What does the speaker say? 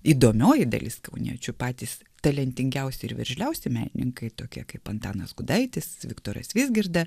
įdomioji dalis kauniečių patys talentingiausi ir veržliausi menininkai tokie kaip antanas gudaitis viktoras vizgirda